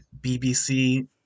BBC